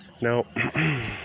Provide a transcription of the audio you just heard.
Now